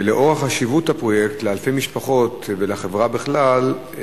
לאור חשיבות הפרויקט לאלפי משפחות ולחברה בכלל,